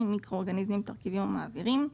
(מיקרואורגניסמים, תרכיבים ומעבירים),